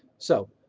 so,